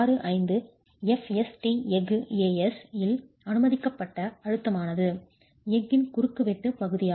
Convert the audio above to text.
65 fst எஃகு A s இல் அனுமதிக்கப்பட்ட அழுத்தமானது எஃகின் குறுக்குவெட்டின் பகுதி ஆகும்